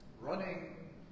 running